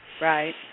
Right